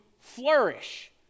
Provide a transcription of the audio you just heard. flourish